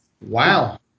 wow